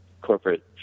corporate